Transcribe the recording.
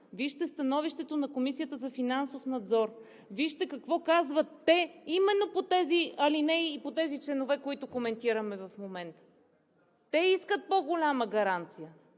Вижте становището на Комисията за финансов надзор. Вижте какво казват те именно по тези алинеи и по тези членове, които коментираме в момента! Те искат по-голяма гаранция,